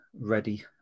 ready